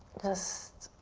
just,